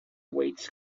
weights